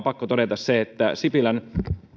pakko todeta se että sipilän